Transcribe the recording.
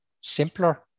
simpler